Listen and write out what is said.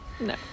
no